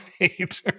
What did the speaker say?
right